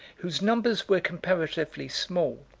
whose numbers were comparatively small,